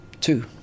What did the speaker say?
Two